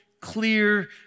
clear